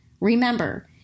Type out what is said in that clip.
remember